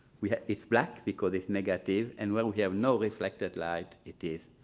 we it's black because it's negative. and where we have no reflected light, it is